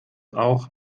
auch